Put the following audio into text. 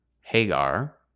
Hagar